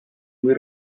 muy